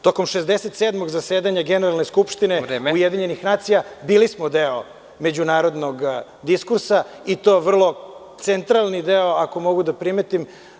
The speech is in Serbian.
Tokom 67. zasedanja Generalne skupštine UN bili smo deo međunarodnog diskusa i to vrlo centralni deo ako mogu da primetim.